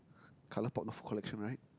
ColourPop collection right